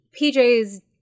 PJ's